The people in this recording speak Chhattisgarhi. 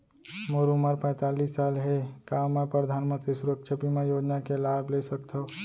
मोर उमर पैंतालीस साल हे का मैं परधानमंतरी सुरक्षा बीमा योजना के लाभ ले सकथव?